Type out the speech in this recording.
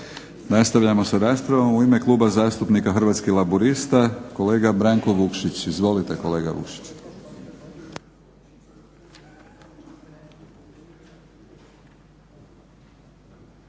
Nastavljamo s raspravom. U ime Kluba zastupnika Hrvatskih laburista, kolega Branko Vukšić. Izvolite kolega Vukšić.